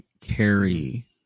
carry